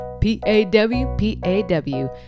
P-A-W-P-A-W